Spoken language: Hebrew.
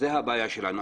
זו הבעיה שלנו.